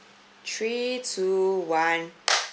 three two one